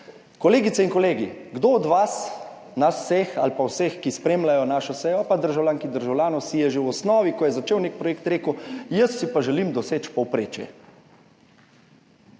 Kolegice in kolegi, kdo od vas, nas vseh ali pa vseh, ki spremljajo našo sejo, pa državljank in državljanov si je že v osnovi, ko je začel nek projekt rekel, jaz si pa želim doseči povprečje.